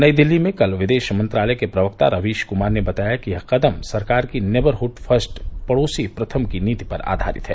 नई दिल्ली में कल विदेश मंत्रालय के प्रवक्ता रवीश कुमार ने बताया कि यह कदम सरकार की नेबरहुड फर्स्ट पड़ोसी प्रथम नीति पर आधारित है